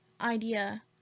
idea